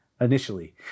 initially